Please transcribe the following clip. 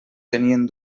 tenien